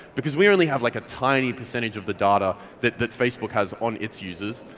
because we only have like a tiny percentage of the data that that facebook has on its users.